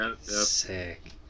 Sick